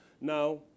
Now